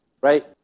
right